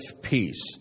peace